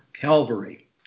Calvary